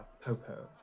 Popo